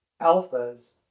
alphas